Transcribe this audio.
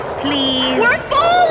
please